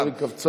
היא קפצה.